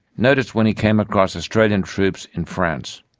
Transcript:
noticed when he came across australian troops in france,